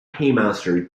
paymaster